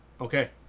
Okay